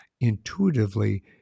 Intuitively